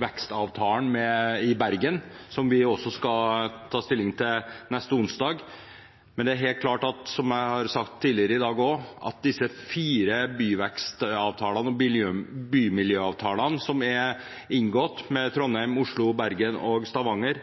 vekstavtalen i Bergen, som vi også skal ta stilling til onsdag. Men det er helt klart, som jeg har sagt tidligere i dag også, at disse fire byvekstavtalene og bymiljøavtalene som er inngått med Trondheim, Oslo, Bergen og Stavanger,